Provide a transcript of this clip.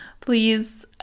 please